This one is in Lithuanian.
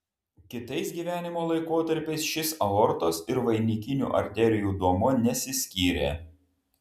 kitais gyvenimo laikotarpiais šis aortos ir vainikinių arterijų duomuo nesiskyrė